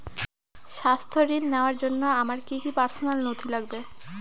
স্বাস্থ্য ঋণ নেওয়ার জন্য আমার কি কি পার্সোনাল নথি লাগবে?